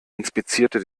inspizierte